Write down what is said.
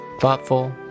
thoughtful